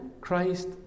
Christ